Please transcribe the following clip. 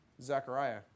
Zechariah